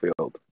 field